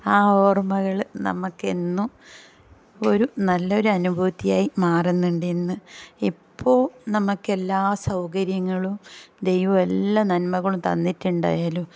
ആ ഓർമ്മകൾ നമുക്കെന്നും ഒരു നല്ലൊരു അനുഭൂതിയായി മാറുന്നുണ്ടെന്ന് ഇപ്പോൾ നമുക്കെല്ലാ സൗകര്യങ്ങളും ദൈവം എല്ലാ നന്മകളും തന്നിട്ടുണ്ടായാലും